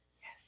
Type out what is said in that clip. yes